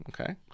okay